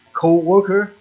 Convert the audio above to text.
co-worker